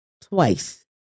twice